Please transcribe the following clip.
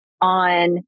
on